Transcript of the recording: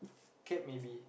cap maybe